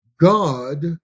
God